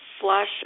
flush